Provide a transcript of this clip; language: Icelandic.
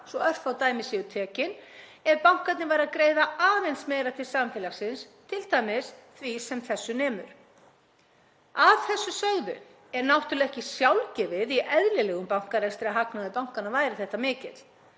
svo örfá dæmi séu tekin, ef bankarnir væru að greiða aðeins meira til samfélagsins, t.d. því sem þessu nemur. Að þessu sögðu er náttúrlega ekki sjálfgefið í eðlilegum bankarekstri að hagnaður bankanna sé þetta mikill.